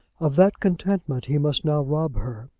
of that contentment he must now rob her,